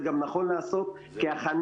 זה גם נכון לעשות כהכנה,